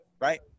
right